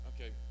Okay